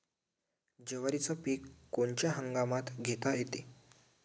जवारीचं पीक कोनच्या हंगामात घेता येते?